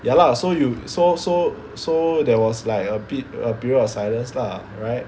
ya lah so you so so so there was like a bit a period of silence lah right